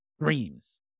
dreams